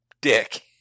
dick